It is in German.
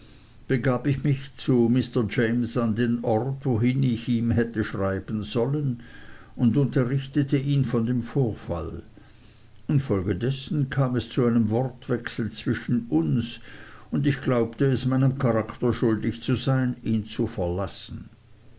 begab ich mich zu mr james an den ort wohin ich ihm hätte schreiben sollen und unterrichtete ihn von dem vorfall infolgedessen kam es zu einem wortwechsel zwischen uns und ich glaubte es meinem charakter schuldig zu sein ihn zu verlassen